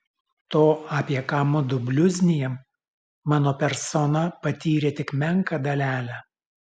to apie ką mudu bliuznijam mano persona patyrė tik menką dalelę